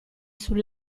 sul